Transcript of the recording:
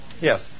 Yes